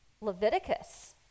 Leviticus